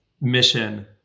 mission